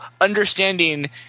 understanding